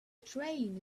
train